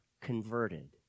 converted